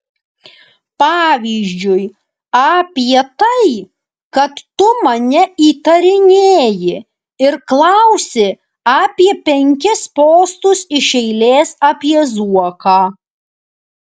pavyzdžiui apie tai kad tu mane įtarinėji ir klausi apie penkis postus iš eilės apie zuoką